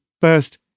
first